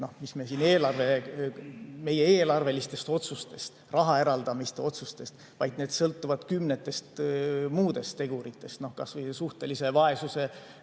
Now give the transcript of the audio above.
meie eelarvelistest otsustest, raha eraldamise otsustest, vaid need sõltuvad kümnetest muudest teguritest. Kas või suhtelise vaesuse